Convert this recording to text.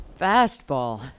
fastball